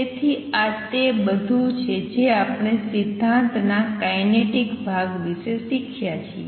તેથી આ તે બધું છે જે આપણે સિદ્ધાંતના કાયનેટિક ભાગ વિશે શીખ્યા છીએ